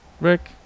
Rick